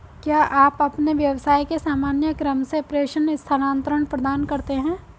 क्या आप अपने व्यवसाय के सामान्य क्रम में प्रेषण स्थानान्तरण प्रदान करते हैं?